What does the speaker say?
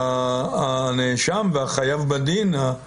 שהנאשם והחייב בדין, הפושע,